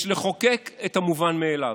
יש לחוקק את המובן מאליו.